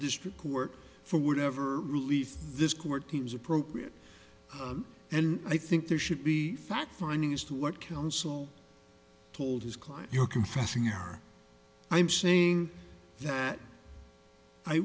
district court for whatever relief this court deems appropriate and i think there should be fact finding as to what counsel told his client you're confessing or i'm saying that i